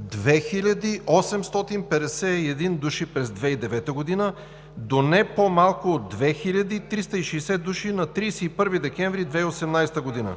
2851 души през 2019 г. до не по-малко от 2360 души на 31 декември 2018 г.